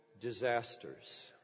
disasters